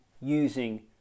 using